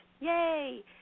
Yay